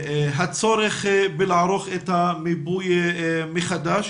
הצורך בלערוך את המיפוי מחדש